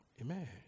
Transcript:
Amen